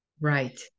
Right